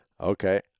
okay